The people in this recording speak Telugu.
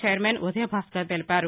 ఛైర్మన్ ఉదయభాస్కర్ తెలిపారు